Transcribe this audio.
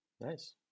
Nice